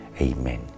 Amen